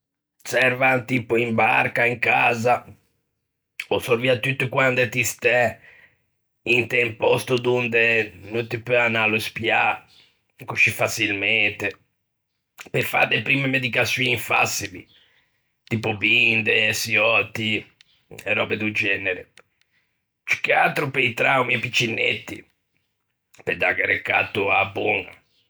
Servan tipo in barca, in casa, ò sorviatutto quande ti stæ int'un pòsto donde no ti peu anâ à l'uspiâ coscì façilmente, pe fâ de primme medicaçioin façili, tipo binde, çiöti e röbe do genere, ciù che atro pe-i traumi piccinetti, pe dâghe recatto a-a boña.